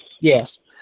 Yes